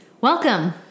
Welcome